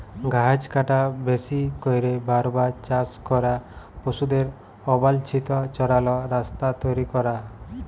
গাহাচ কাটা, বেশি ক্যইরে বার বার চাষ ক্যরা, পশুদের অবাল্ছিত চরাল, রাস্তা তৈরি ক্যরা